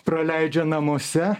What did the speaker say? praleidžia namuose